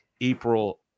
April